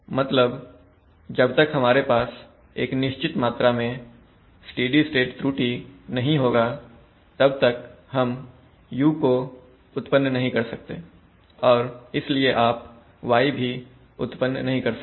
मतलब जब तक हमारे पास एक निश्चित मात्रा में स्टेडी स्टेट त्रुटि नहीं होगा तब तक हम U उत्पन्न नहीं कर सकते और इसलिए आप y भी उत्पन्न नहीं कर सकते